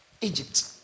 Egypt